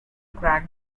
crack